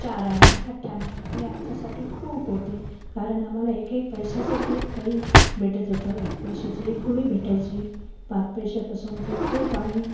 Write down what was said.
चार आणे आठ आणे हे आमच्यासाठी खूप होते कारण आम्हाला एक एक पैशाचं खूप काही भेटत होतं एक पैशाची एक गोळी भेटायची पाच पैशापासून ते खूप आम्ही